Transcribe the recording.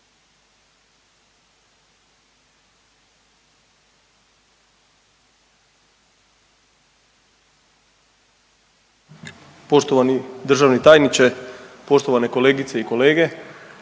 poštovana državna tajnice, poštovane kolegice i kolege